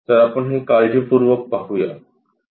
तर आपण हे काळजीपूर्वक पाहू या